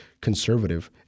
conservative